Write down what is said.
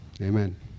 Amen